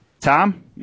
Tom